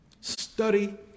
Study